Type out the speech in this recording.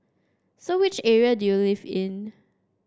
so which area do you live in